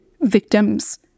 victims